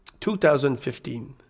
2015